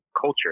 culture